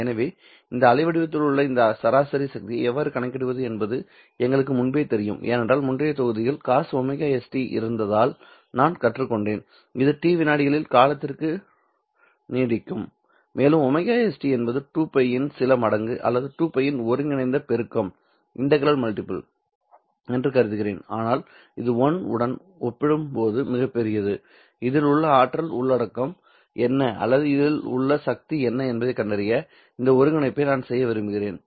எனவே இந்த அலைவடிவத்தில் உள்ள இந்த சராசரி சக்தியை எவ்வாறு கணக்கிடுவது என்பது எங்களுக்கு முன்பே தெரியும் ஏனென்றால் முந்தைய தொகுதியில் cos ωst இருந்ததால் நான் கற்றுக்கொண்டேன் இது t விநாடிகளின் காலத்திற்கு நீடிக்கும் மேலும் ωst என்பது 2Π இன் சில மடங்கு அல்லது 2Π இன் ஒருங்கிணைந்த பெருக்கம் என்று கருதுகிறேன் அல்லது இது 1 உடன் ஒப்பிடும்போது மிகப் பெரியது இதில் உள்ள ஆற்றல் உள்ளடக்கம் என்ன அல்லது இதில் உள்ள சக்தி என்ன என்பதைக் கண்டறிய இந்த ஒருங்கிணைப்பை நான் செய்ய விரும்புகிறேன்